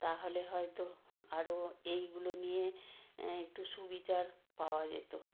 তাহলে হয়তো আরও এইগুলো নিয়ে একটু সুবিচার পাওয়া যেত